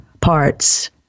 parts